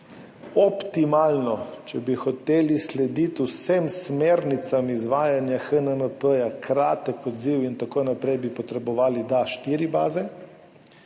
optimalno slediti vsem smernicam izvajanja HNMP, kratek odziv in tako naprej, bi potrebovali štiri baze.